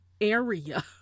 area